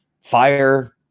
fire